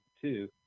two